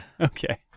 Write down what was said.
Okay